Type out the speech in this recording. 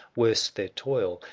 worse their toil.